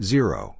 Zero